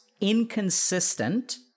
inconsistent